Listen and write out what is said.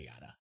yada